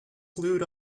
glued